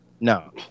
No